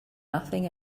nothing